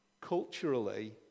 culturally